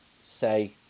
say